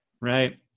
Right